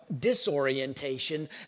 disorientation